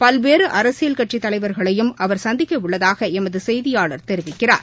பல்வேறு அரசியல் கட்சித் தலைவாகளையும் அவா் சந்திக்க உள்ளதாக எமது செய்தியாளா் தெரிவிக்கிறார்